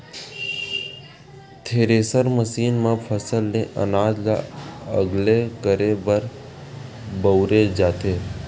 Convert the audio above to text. thresher machine म फसल ले अनाज ल अलगे करे बर बउरे जाथे